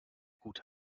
gute